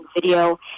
video